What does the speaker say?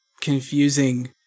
confusing